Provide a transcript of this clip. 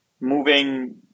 moving